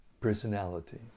personality